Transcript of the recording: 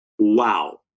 wow